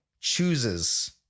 chooses